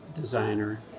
designer